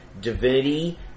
divinity